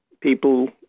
People